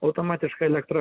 automatiškai elektra